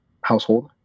household